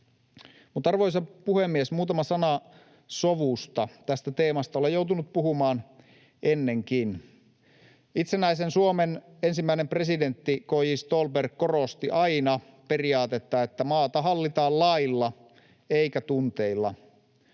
Arvoisa puhemies! Muutama sana sovusta. Tästä teemasta olen joutunut puhumaan ennenkin. Itsenäisen Suomen ensimmäinen presidentti K. J. Ståhlberg korosti aina periaatetta, että maata hallitaan lailla eikä tunteilla.